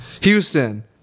Houston